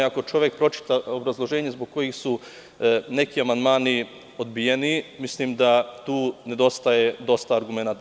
Ako čovek pročita obrazloženje zbog kojih su neki amandmani odbijeni, mislim da tu nedostaje dosta argumenata.